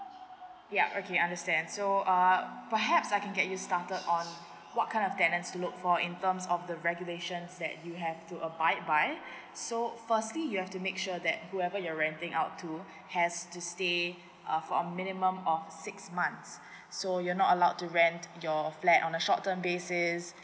ya okay understand so uh perhaps I can get you started on what kind of tenant to look for in terms of the regulations that you have to abide by so firstly you have to make sure that whoever you're renting out to has to stay uh for a minimum of six months so you're not allowed to rent your flat on a short term basis